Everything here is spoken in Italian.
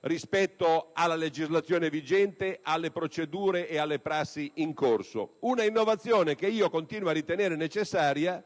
rispetto alla legislazione vigente, alle procedure e alle prassi in corso. Una innovazione che continuo a ritenere necessaria